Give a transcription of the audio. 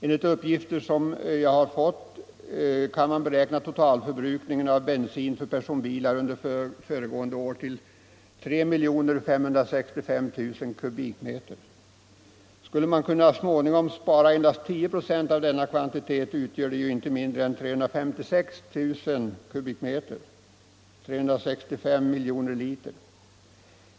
Enligt uppgifter som jag erhållit kan man beräkna totalförbrukningen av bensin för personbilar under föregående år till 3 565 000 kubikmeter. Skulle man så småningom kunna spara endast 10 procent av denna kvantitet, utgör det inte mindre än 356 000 kubikmeter eller 356 miljoner liter.